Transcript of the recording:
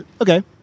Okay